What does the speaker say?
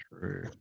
True